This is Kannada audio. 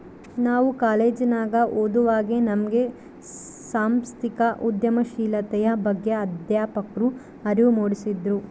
ನಾವು ಕಾಲೇಜಿನಗ ಓದುವಾಗೆ ನಮ್ಗೆ ಸಾಂಸ್ಥಿಕ ಉದ್ಯಮಶೀಲತೆಯ ಬಗ್ಗೆ ಅಧ್ಯಾಪಕ್ರು ಅರಿವು ಮೂಡಿಸಿದ್ರು